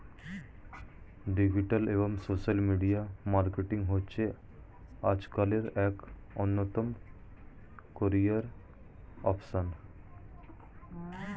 digital এবং social media marketing হচ্ছে আজকালের এক অন্যতম ক্যারিয়ার অপসন